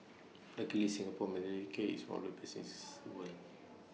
luckily Singapore's maternity care is one of the things world